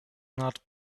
not